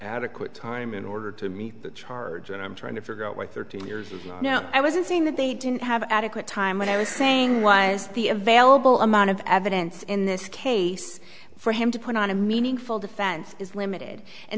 adequate time in order to meet the charge and i'm trying to figure out why thirteen years from now i wasn't saying that they didn't have adequate time when i was saying was the available amount of evidence in this case for him to put on a meaningful defense is limited and